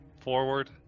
forward